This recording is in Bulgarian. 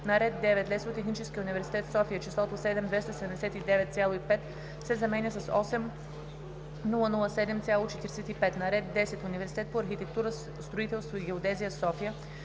на ред 9. Лесотехнически университет – София, числото „7 279,5“ се заменя с „8 007,45“. - на ред 10. Университет по архитектура, строителство и геодезия – София,